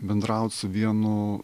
bendraut su vienu